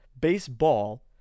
baseball